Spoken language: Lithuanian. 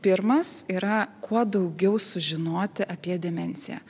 pirmas yra kuo daugiau sužinoti apie demenciją